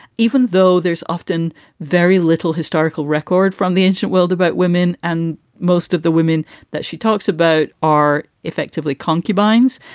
even though there's often very little historical record from the ancient world about women. and most of the women that she talks about are effectively concubines,